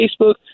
Facebook